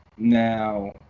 Now